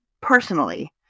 personally